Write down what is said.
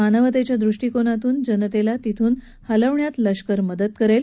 मानवतेच्या दृष्टिकोनातून जनतेला तेथून हलवण्यात लष्कर मदत करेल